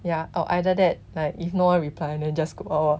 ya or either that like if no one reply and just go out lor